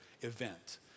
event